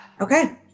Okay